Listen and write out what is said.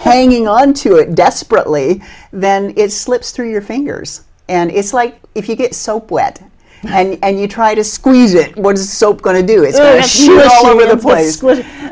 hanging on to it desperately then it slips through your fingers and it's like if you get soap wet and you try to squeeze it what does soap going to do it's all over the place